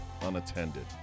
unattended